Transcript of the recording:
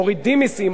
מורידים מסים,